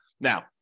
Now